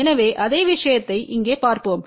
எனவே அதே விஷயத்தை இங்கே பார்ப்போம்